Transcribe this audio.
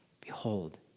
Behold